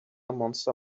monster